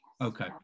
Okay